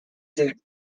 suit